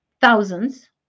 thousands